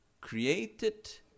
created